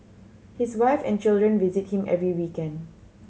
his wife and children visit him every weekend